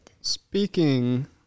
Speaking